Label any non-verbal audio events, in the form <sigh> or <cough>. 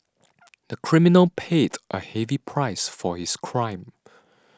<noise> the criminal paid a heavy price for his crime <noise>